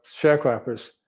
sharecroppers